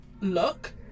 look